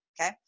okay